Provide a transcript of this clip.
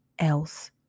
else